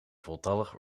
voltallig